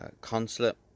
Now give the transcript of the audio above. consulate